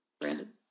Brandon